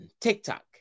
TikTok